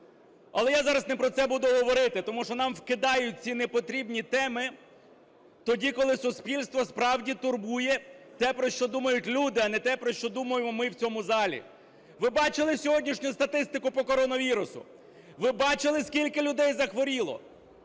Але я зараз не про це буду говорити, тому що нам вкидають ці непотрібні теми тоді, коли суспільство справді турбує те, про що думають люди, а не те, про що думаємо ми в цьому залі. Ви бачили сьогоднішню статистику по коронавірусу? Ви бачили скільки людей захворіло?